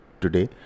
today